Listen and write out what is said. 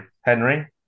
Henry